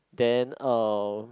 then uh